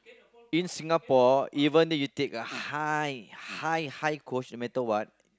in Singapore even you take a high high high coach no matter what